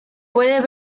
pueden